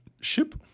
Ship